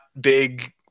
big